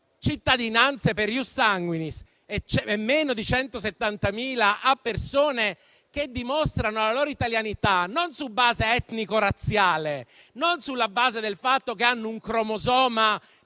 cittadinanze per *ius sanguinis* e meno di 170.000 a persone che dimostrano la loro italianità non su base etnico-razziale, non sulla base del fatto che hanno un cromosoma